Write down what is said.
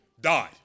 died